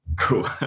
cool